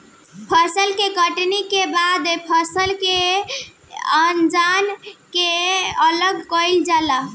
फसल के कटनी के बाद फसल से अनाज के अलग कईल जाला